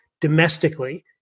domestically